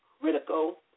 critical